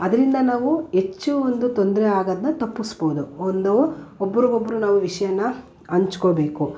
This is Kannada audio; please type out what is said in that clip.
ಅದರಿಂದ ನಾವು ಹೆಚ್ಚು ಒಂದು ತೊಂದರೆ ಆಗೋದನ್ನ ತಪ್ಪಿಸ್ಬೋದು ಒಂದು ಒಬ್ಬರಿಗೊಬ್ರು ನಾವು ವಿಷಯನ ಹಂಚ್ಕೋಬೇಕು